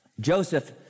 Joseph